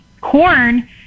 corn